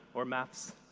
or maths,